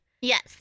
Yes